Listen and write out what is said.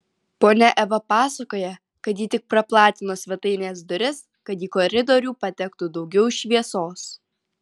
ponia eva pasakoja kad ji tik praplatino svetainės duris kad į koridorių patektų daugiau šviesos